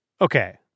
Okay